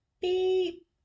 beep